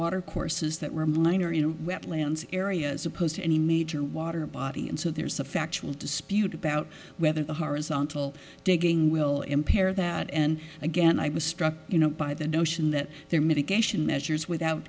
water courses that were minor you know wetlands area as opposed to any major water body and so there's a factual dispute about whether the horizontal digging will impair that and again i was struck you know by the notion that there mitigation measures without